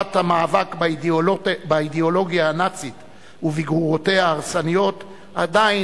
חובת המאבק באידיאולוגיה הנאצית ובגרורותיה ההרסניות עדיין